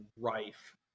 rife